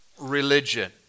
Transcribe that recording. religion